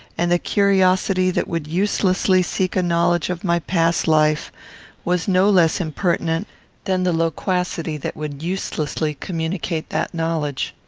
and the curiosity that would uselessly seek a knowledge of my past life was no less impertinent than the loquacity that would uselessly communicate that knowledge.